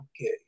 okay